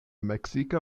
meksika